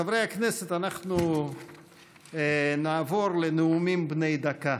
חברי הכנסת, אנחנו נעבור לנאומים בני דקה.